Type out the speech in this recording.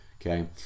Okay